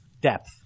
depth